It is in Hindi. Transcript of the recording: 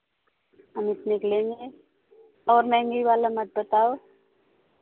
हम इतने के लेंगे और महंगे वाला मत बताओ